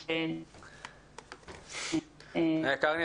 אותו --- קרני,